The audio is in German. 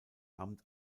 amt